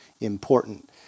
important